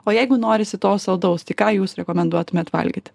o jeigu norisi to saldaus tai ką jūs rekomenduotumėt valgyti